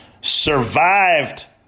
survived